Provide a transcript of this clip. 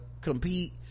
compete